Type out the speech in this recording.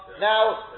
Now